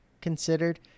considered